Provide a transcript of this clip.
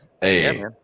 Hey